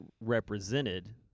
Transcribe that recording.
represented